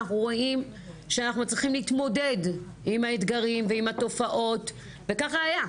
אנחנו רואים שאנחנו מצליחים להתמודד עם האתגרים ועם התופעות וככה היה,